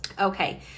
Okay